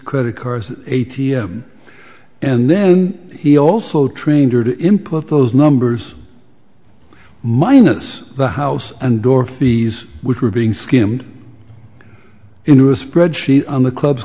credit cards a t m and then he also trained her to input those numbers minus the house and door fees which were being skimmed into a spreadsheet on the club